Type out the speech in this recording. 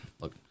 Look